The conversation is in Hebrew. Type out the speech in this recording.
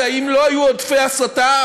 והאם לא היו עודפי הסתה,